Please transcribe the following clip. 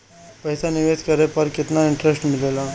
पईसा निवेश करे पर केतना इंटरेस्ट मिलेला?